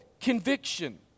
conviction